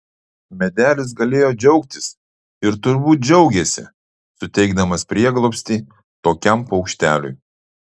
medelis galėjo džiaugtis ir turbūt džiaugėsi suteikdamas prieglobstį tokiam paukšteliui